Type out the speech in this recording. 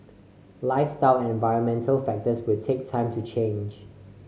lifestyle and environmental factors will take time to change